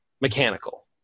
mechanical